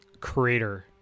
crater